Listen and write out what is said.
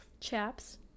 chaps